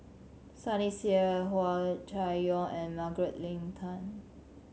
Sunny Sia Hua Chai Yong and Margaret Leng Tan